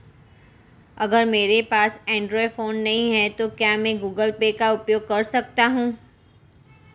अगर मेरे पास एंड्रॉइड फोन नहीं है तो क्या मैं गूगल पे का उपयोग कर सकता हूं?